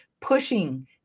pushing